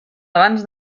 abans